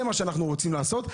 זה מה שאנחנו רוצים לעשות,